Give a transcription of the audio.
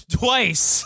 twice